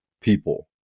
people